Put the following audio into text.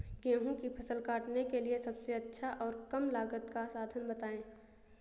गेहूँ की फसल काटने के लिए सबसे अच्छा और कम लागत का साधन बताएं?